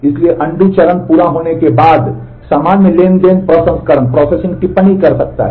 इसलिए अनडू टिप्पणी कर सकता है